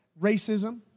Racism